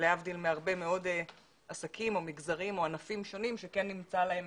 להבדיל מהרבה מאוד עסקים או מגזרים או ענפים שונים שכן נמצא להם